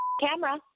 camera